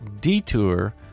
detour